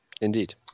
Indeed